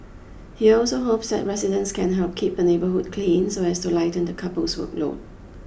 he also hopes that residents can help keep the neighbourhood clean so as to lighten the couple's workload